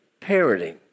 parenting